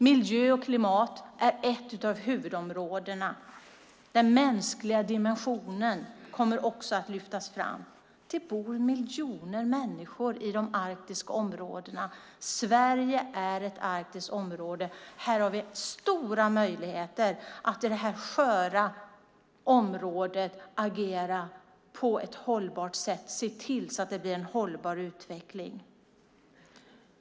Miljö och klimat är ett av huvudområdena. Den mänskliga dimensionen kommer också att lyftas fram. Det bor miljoner människor i de arktiska områdena. Sverige är ett arktiskt område. Vi har stora möjligheter att i det här sköra området agera på ett hållbart sätt och se till att det blir en hållbar utveckling.